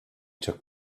took